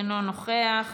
אינו נוכח.